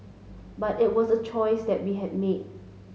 but it was a choice that we had made